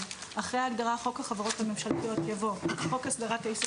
אחרי ההגדרה "חוק החברות הממשלתיות" יבוא: ""חוק הסדרת העיסוק